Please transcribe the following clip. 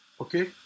Okay